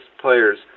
players